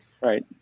right